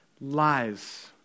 lies